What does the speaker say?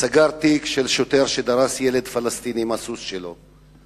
סגר תיק של שוטר שדרס ילד פלסטיני עם הסוס שלו,